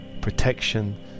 protection